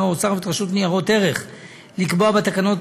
האוצר ואת רשות ניירות ערך לקבוע בתקנות